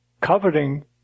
coveting